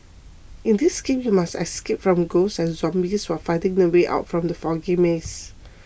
in this game you must escape from ghosts and zombies while finding the way out from the foggy maze